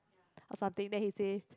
or something then he say